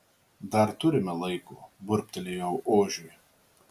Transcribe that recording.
dar turime laiko burbtelėjau ožiui